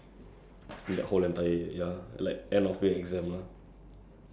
they don't have like this uh mid year exam so they only have like one